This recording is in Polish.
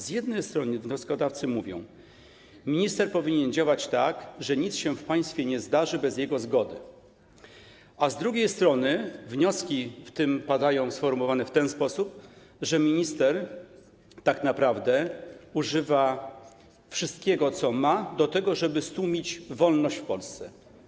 Z jednej strony wnioskodawcy mówią: minister powinien działać tak, że nic się w państwie nie zdarzy bez jego zgody, a z drugiej strony padają w tym wnioski sformułowane w ten sposób, że minister tak naprawdę używa wszystkiego, co ma, do tego, żeby stłumić wolność w Polsce.